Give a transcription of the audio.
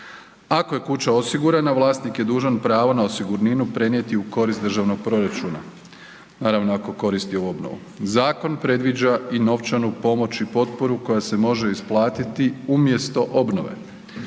Ako je kuća osigurana vlasnik je dužan pravo na osigurninu prenijeti u korist državnog proračuna, naravno ako koristi obnovu. Zakon predviđa i novčanu pomoć i potporu koja se može isplatiti umjesto obnove.